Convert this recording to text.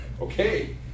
Okay